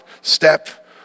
step